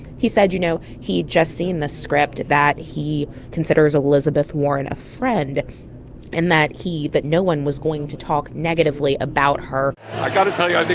he said, you know, he'd just seen the script, that he considers elizabeth warren a friend and that he that no one was going to talk negatively about her i got to tell you, and